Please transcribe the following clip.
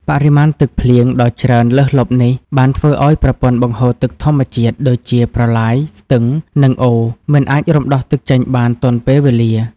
បរិមាណទឹកភ្លៀងដ៏ច្រើនលើសលប់នេះ បានធ្វើឱ្យប្រព័ន្ធបង្ហូរទឹកធម្មជាតិ ដូចជាប្រឡាយ ស្ទឹង និងអូរ មិនអាចរំដោះទឹកចេញបានទាន់ពេលវេលា។